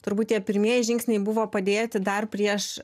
turbūt tie pirmieji žingsniai buvo padėti dar prieš